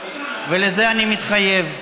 ולזה אני מתחייב,